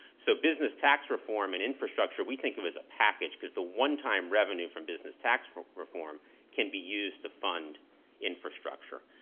so business tax reform and infrastructure, we think of as a package because the one-time revenue from business tax reform can be used to fund infrastructure.